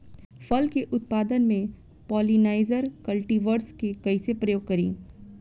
फल के उत्पादन मे पॉलिनाइजर कल्टीवर्स के कइसे प्रयोग करी?